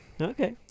Okay